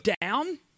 down